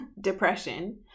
Depression